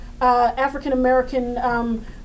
African-American